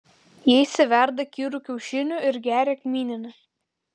jie išsiverda kirų kiaušinių ir geria kmyninę